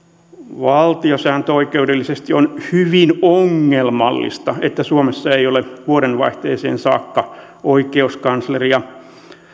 valtiosääntöoikeudellisesti on hyvin ongelmallista että suomessa ei ole vuodenvaihteeseen saakka oikeuskansleria